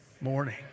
morning